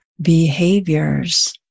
behaviors